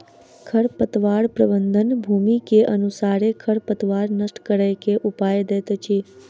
खरपतवार प्रबंधन, भूमि के अनुसारे खरपतवार नष्ट करै के उपाय दैत अछि